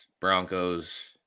Broncos